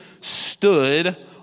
stood